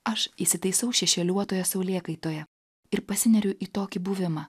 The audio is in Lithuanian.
aš įsitaisau šešėliuotoje saulėkaitoje ir pasineriu į tokį buvimą